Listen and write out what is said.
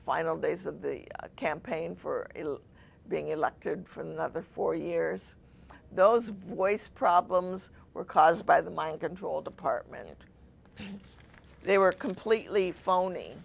final days of the campaign for being elected from another four years those voice problems were caused by the mind control department they were completely phon